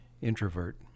introvert